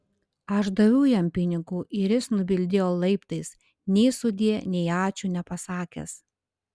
aš daviau jam pinigų ir jis nubildėjo laiptais nei sudie nei ačiū nepasakęs